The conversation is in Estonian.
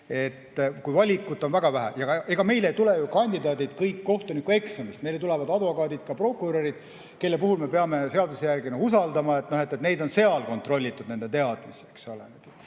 kus valikut on väga vähe. Ega meil ei tule ju kandidaadid kõik kohtunikueksamilt, meile tulevad advokaadid, ka prokurörid, kelle puhul me peame seaduse järgi usaldama, et neid, nende teadmisi